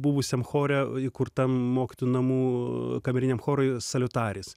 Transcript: buvusiam chore įkurtam mokytojų namų kameriniam chorui saliutaris